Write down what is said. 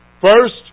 First